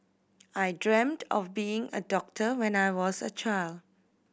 I dreamt of becoming a doctor when I was a child